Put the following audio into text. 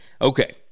Okay